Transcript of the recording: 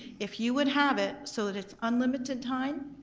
if you would have it so that it's unlimited time,